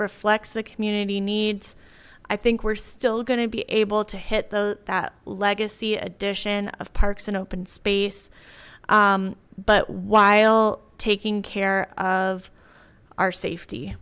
reflects the community needs i think we're still going to be able to hit the legacy edition of parks and open space but while taking care of our safety